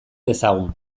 dezagun